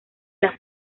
las